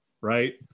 right